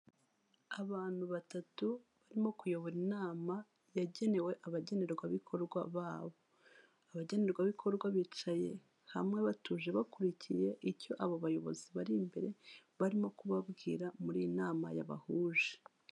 Abantu batatu barimo kuyobora inama yagenewe abagenerwabikorwa babo. Abagenerwabikorwa bicaye hamwe batuje bakurikiye icyo abo bayobozi bari imbere, barimo kubabwira muri iyi nama yabahuje.